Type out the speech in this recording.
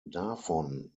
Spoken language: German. davon